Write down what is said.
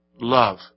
Love